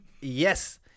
Yes